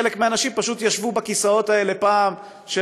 חלק מהאנשים פשוט ישבו פעם בכיסאות האלה של העצמאים,